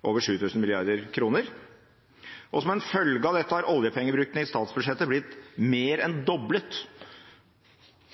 over 7 000 mrd. kr, og som en følge av dette har oljepengebruken i statsbudsjettet blitt mer enn doblet